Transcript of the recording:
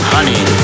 Honey